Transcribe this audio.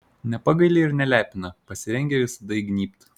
nepagaili ir nelepina pasirengę visada įgnybt